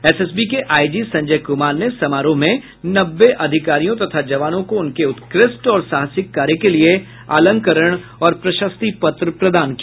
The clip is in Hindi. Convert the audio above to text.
एसएसबी के आईजी संजय कुमार ने समारोह में नब्बे अधिकारियों तथा जवानों को उनके उत्कृष्ट और साहसिक कार्य के लिए अलंकरण और प्रशस्ति पत्र प्रदान किया